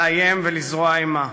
לאיים ולזרוע אימה.